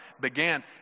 began